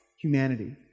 humanity